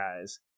guys